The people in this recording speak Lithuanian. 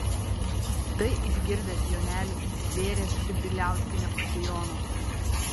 tai išgirdęs jonelis stvėrė pšibiliauskienę už sijono